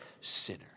sinner